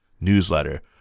newsletter